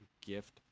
gift